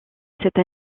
cette